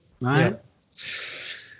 Right